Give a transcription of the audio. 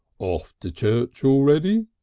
off to church already?